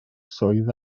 swydd